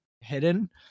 hidden